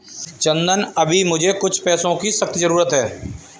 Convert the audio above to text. चंदन अभी मुझे कुछ पैसों की सख्त जरूरत है